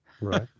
Right